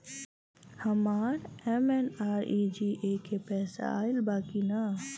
हमार एम.एन.आर.ई.जी.ए के पैसा आइल बा कि ना?